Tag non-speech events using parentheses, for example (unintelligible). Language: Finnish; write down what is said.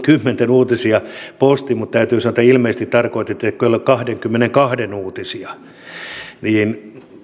(unintelligible) kymmenen uutisia posti mutta täytyy sanoa että ilmeisesti tarkoititte kello kahdenkymmenenkahden uutisia